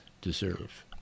deserve